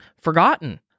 forgotten